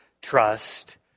trust